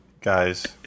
guys